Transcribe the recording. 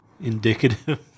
indicative